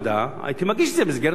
הייתי מגיש את זה במסגרת המכסה.